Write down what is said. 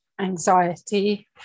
anxiety